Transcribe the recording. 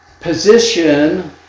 position